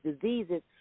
diseases